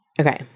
Okay